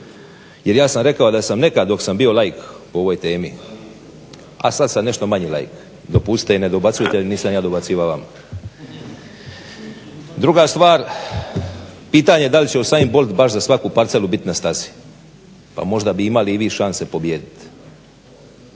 jer ja sam rekao da sam nekad dok sam bio laik po ovoj temi a sad sam nešto manje laik. Dopustite i ne dobacujte jer nisam ja dobacivao vama. Druga stvar, pitanje da li će Usain Bolt baš za svaku parcelu biti na stazi, pa možda bi imali i vi šanse pobijediti.